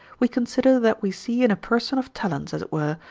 we consider that we see in a person of talents, as it were,